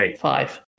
five